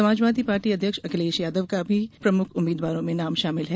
Samajwadi Party अध्यक्ष अखिलेश यादव का भी प्रमुख उम्मीदवारों में शामिल है